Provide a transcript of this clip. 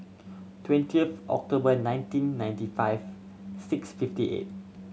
twenty of October nineteen ninety five six fifty eight